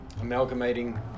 amalgamating